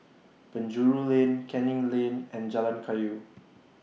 Penjuru Lane Canning Lane and Jalan Kayu